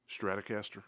Stratocaster